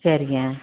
சரிங்க